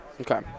Okay